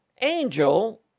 angel